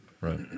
Right